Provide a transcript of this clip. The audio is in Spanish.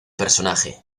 personaje